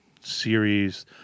series